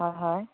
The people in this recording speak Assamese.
হয় হয়